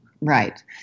Right